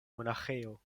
monaĥejo